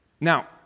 Now